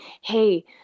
hey